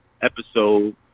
episode